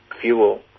fuel